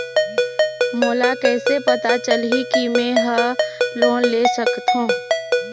मोला कइसे पता चलही कि मैं ह लोन ले सकथों?